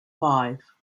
five